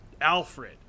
Alfred